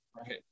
Right